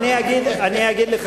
אני לא מטומטם.